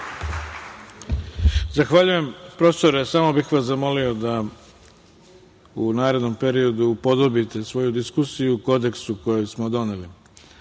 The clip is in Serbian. Zahvaljujem, profesore. Samo bih vas zamolio da u narednom periodu upodobite svoju diskusiju kodeksu koji smo doneli,